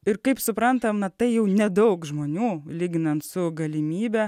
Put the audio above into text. ir kaip suprantama tai jau nedaug žmonių lyginant su galimybe